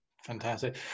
Fantastic